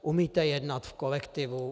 Umíte jednat v kolektivu?